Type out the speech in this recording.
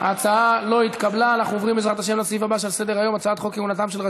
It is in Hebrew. ההצעה להעביר לוועדה את הצעת חוק ארגון הפיקוח על העבודה (תיקון,